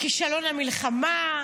כישלון המלחמה,